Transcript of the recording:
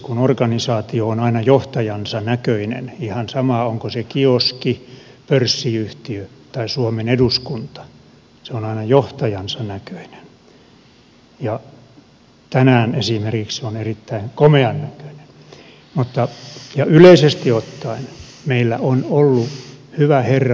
kun organisaatio on aina johtajansa näköinen ihan sama onko se kioski pörssiyhtiö tai suomen eduskunta se on aina johtajansa näköinen ja tänään esimerkiksi se on erittäin komean näköinen meillä yleisesti ottaen on ollut hyvä herraonni